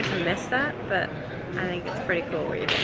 miss that, but i think it's pretty cool where you